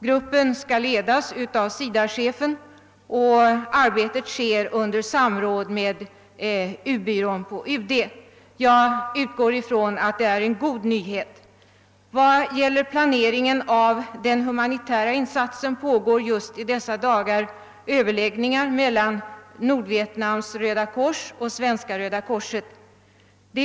Gruppen skall ledas av SIDA-chefen och arbetet bedrivas i samråd med u-byrån på UD. Jag utgår från att detta är en god nyhet. För planeringen av den humanitära insatsen pågår just i dessa dagar överläggningar mellan Nordvietnams röda kors och Svenska röda korset.